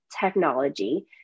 technology